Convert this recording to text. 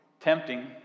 tempting